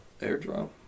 airdrop